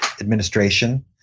administration